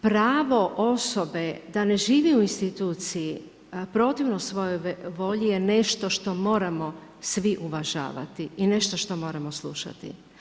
Pravo osobe da ne živi u instituciji protivno svojoj volji je nešto što moramo svi uvažavati i nešto što moramo slušati.